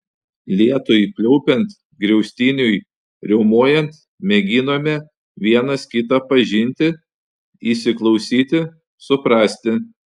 lietui pliaupiant griaustiniui riaumojant mėginome vienas kitą pažinti įsiklausyti suprasti